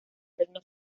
reino